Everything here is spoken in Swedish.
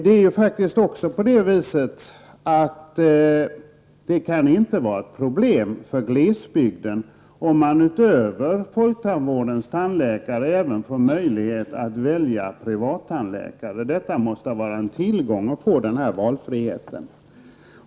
Det kan ju inte vara något problem om man i glesbygden får möjlighet att utöver tandvårdens tandläkare välja privattandläkare. Det måste vara en tillgång att få denna valfrihet.